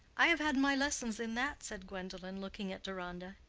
i have had my lessons in that, said gwendolen, looking at deronda.